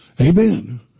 Amen